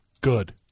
good